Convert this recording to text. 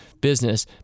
business